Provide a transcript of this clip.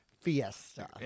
fiesta